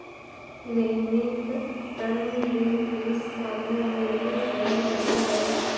लेनिक टर्म ऋण तीस सालो लेली सेहो देलो जाय छै